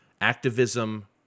activism